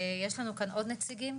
יש לנו כאן עוד נציגים?